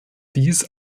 dies